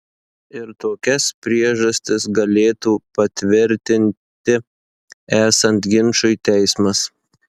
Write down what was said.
ir tokias priežastis galėtų patvirtinti esant ginčui teismas